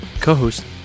co-host